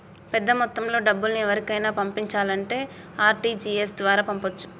పెద్దమొత్తంలో డబ్బుల్ని ఎవరికైనా పంపించాలంటే ఆర్.టి.జి.ఎస్ ద్వారా పంపొచ్చు